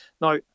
Now